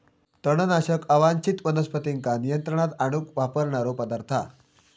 तणनाशक अवांच्छित वनस्पतींका नियंत्रणात आणूक वापरणारो पदार्थ हा